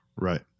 Right